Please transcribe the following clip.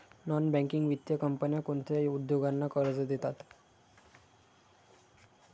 Non banking वित्तीय कंपन्या कोणत्या उद्योगांना कर्ज देतात?